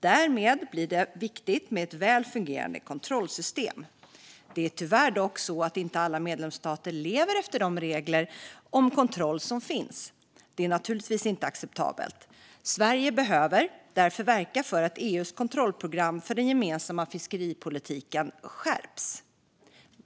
Därmed blir det viktigt med ett väl fungerande kontrollsystem. Det är dock tyvärr så att inte alla medlemsstater lever efter de regler om kontroll som finns. Detta är naturligtvis inte acceptabelt, och Sverige behöver därför verka för att EU:s kontrollprogram för den gemensamma fiskeripolitiken skärps.